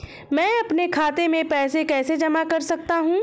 मैं अपने खाते में पैसे कैसे जमा कर सकता हूँ?